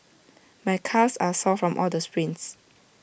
my calves are sore from all the sprints